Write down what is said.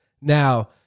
Now